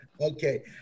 Okay